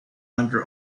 under